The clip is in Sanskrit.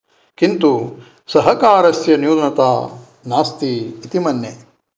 किन्तु सहकारस्य न्यूनता नास्ति इति मन्ये